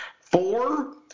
four